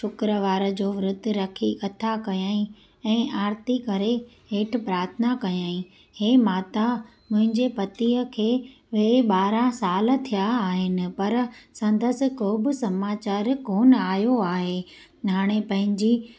शुक्रवार जो विर्त रखी कथा कयई ऐं आरती करे हेठि प्रार्थना कयई हे माता मुंहिंजे पतीअ खे विये ॿारहं साल थिया आहिनि पर संदसि को बि समाचार कोन आयो आहे हाणे पंहिंजी